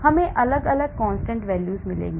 हमें अलग अलग constant values मिलेंगे